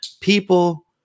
people